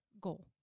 goal